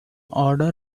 odor